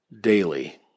daily